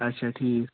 اچھا ٹھیٖک